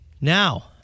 Now